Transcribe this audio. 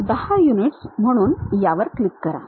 10 units म्हणून यावर click करा